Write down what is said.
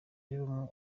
y’ubumwe